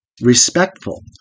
respectful